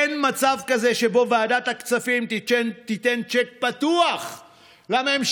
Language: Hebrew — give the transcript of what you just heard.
אין מצב כזה שבו ועדת הכספים תיתן צ'ק פתוח לממשלה,